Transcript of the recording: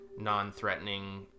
non-threatening